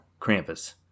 Krampus